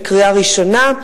בקריאה ראשונה.